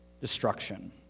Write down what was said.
destruction